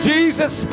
Jesus